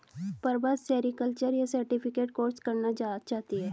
Prabha sericulture का certificate course करना चाहती है